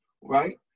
Right